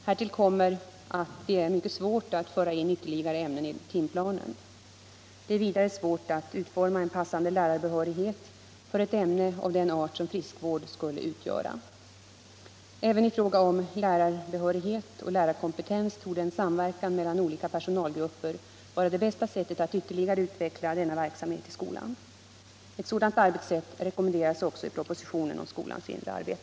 Härtill kommer att det är mycket svårt att föra in ytterligare ämnen i timplanen. Det är vidare svårt att utforma en passande lärarbehörighet för ett ämne av den art som friskvård skulle utgöra. Även i fråga om lärarbehörighet och lärarkompetens torde en samverkan mellan olika personalgrupper vara det bästa sättet att ytterligare utveckla denna verksamhet i skolan. Ett sådant arbetssätt rekommenderas också i propositionen om skolans inre arbete.